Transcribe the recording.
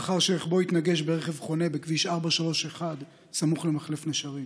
לאחר שרכבו התנגש ברכב חונה בכביש 431 סמוך למחלף נשרים.